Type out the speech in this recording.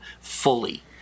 fully